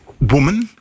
woman